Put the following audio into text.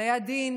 עורכי הדין,